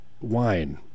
wine